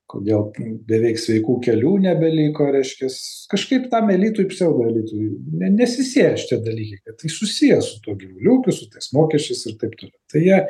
kodėl beveik sveikų kelių nebeliko reiškias kažkaip tam elitui pseudoelitui ne nesisėja šitie dalykai kad tai susiję su tuo gyvulių ūkiu su tais mokesčiais ir taip toliau tai jie